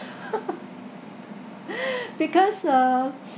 because uh